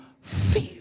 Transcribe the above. feel